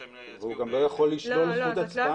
הוא גם לא יכול לשלול זכות הצבעה.